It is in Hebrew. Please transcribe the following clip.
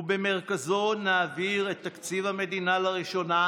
ובמרכזו נעביר את תקציב המדינה לראשונה